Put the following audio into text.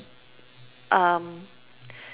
um